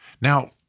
Now